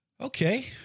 okay